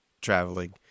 traveling